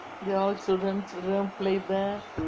there all children children play there